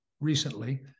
recently